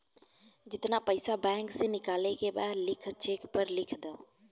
जेतना पइसा बैंक से निकाले के बा लिख चेक पर लिख द